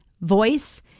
voice